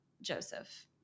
Joseph